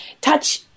touch